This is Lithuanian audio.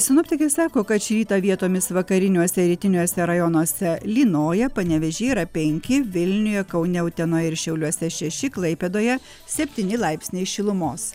sinoptikai sako kad šį rytą vietomis vakariniuose rytiniuose rajonuose lynoja panevėžy yra penki vilniuje kaune utenoje ir šiauliuose šeši klaipėdoje septyni laipsniai šilumos